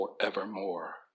forevermore